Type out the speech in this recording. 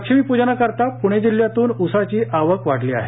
लक्ष्मीपूजनाकरता पुणे जिल्ह्यातून उसाची आवक वाढली आहे